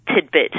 tidbit